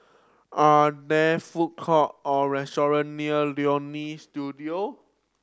are there food court or restaurant near Leonie Studio